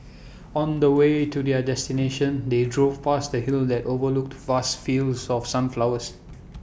on the way to their destination they drove past A hill that overlooked vast fields of sunflowers